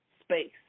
space